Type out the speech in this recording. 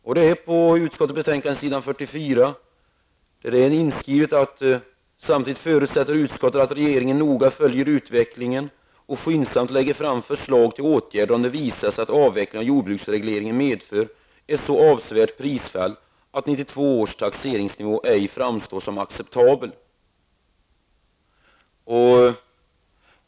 På s. 44 i utskottets betänkande står det: ''Samtidigt förutsätter utskottet att regeringen noga följer utvecklingen och skyndsamt lägger fram förslag till åtgärder om det visar sig att avvecklingen av jordbruksregleringen medför ett så avsevärt prisfall att 1992 års taxeringsnivå ej framstår som acceptabel.''